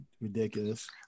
ridiculous